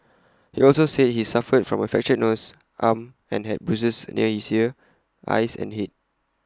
he also said he suffered from A fractured nose arm and had bruises near his ear eyes and Head